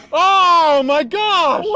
oh my gosh! yeah